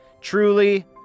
Truly